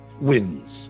Wins